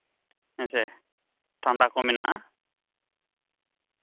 ᱦᱮᱸᱥᱮ ᱴᱷᱟᱱᱰᱟ ᱠᱚ ᱢᱮᱱᱟᱜᱼᱟ